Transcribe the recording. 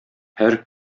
һәр